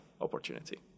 opportunity